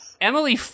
Emily